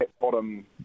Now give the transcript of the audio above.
bottom